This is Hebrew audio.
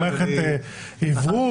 עם מערכת אוורור,